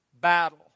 battle